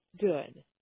good